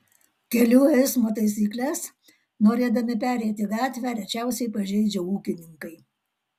kelių eismo taisykles norėdami pereiti gatvę rečiausiai pažeidžia ūkininkai